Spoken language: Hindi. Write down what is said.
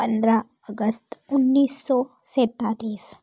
पंद्रह अगस्त उन्नीस सौ सैंतालीस